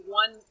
one